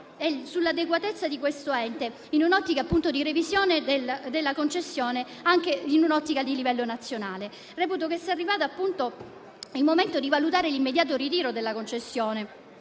e sull'adeguatezza di questo ente, in un'ottica di revisione della concessione, anche a livello nazionale. Reputo che sia arrivato il momento di valutare l'immediato ritiro della concessione,